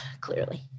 clearly